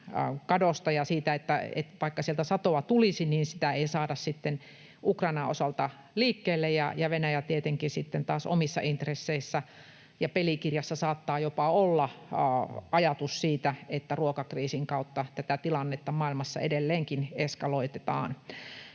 ja siitä, että vaikka sieltä satoa tulisi, niin sitä ei saada sitten Ukrainan osalta liikkeelle, ja sitten taas tietenkin Venäjän omissa intresseissä ja pelikirjassa saattaa jopa olla ajatus siitä, että ruokakriisin kautta tätä tilannetta maailmassa edelleenkin eskaloitetaan.